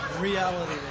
Reality